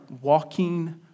walking